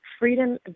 Freedom